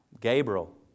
Gabriel